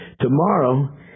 tomorrow